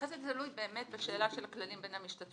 אחרי זה תלוי באמת בשאלה של הכללים בין המשתתפים.